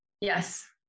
Yes